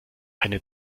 eine